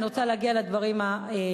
ואני רוצה להגיע לדברים החשובים.